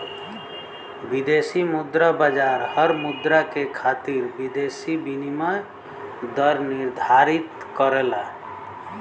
विदेशी मुद्रा बाजार हर मुद्रा के खातिर विदेशी विनिमय दर निर्धारित करला